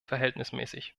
verhältnismäßig